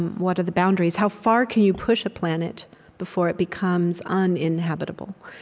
what are the boundaries? how far can you push a planet before it becomes uninhabitable?